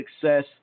success